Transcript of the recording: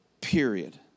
Period